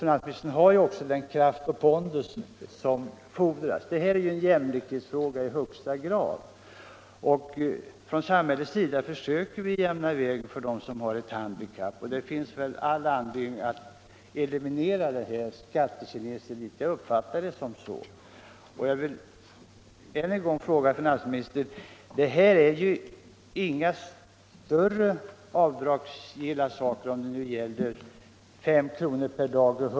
Finansministern har också den kraft och pondus som fordras. Det här är en jämlikhetsfråga i högsta grad. Från samhällets sida försöker vi jämna vägen för dem som har ett handikapp, och det finns väl all anledning att eliminera detta — det uppfattar jag det som — skattekineseri. Det rör sig här inte om några större avdrag utan endast om ca 5 kr. per dag.